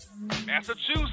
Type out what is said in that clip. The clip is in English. Massachusetts